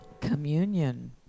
Communion